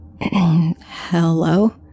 hello